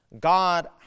God